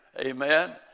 amen